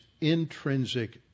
intrinsic